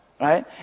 right